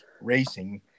racing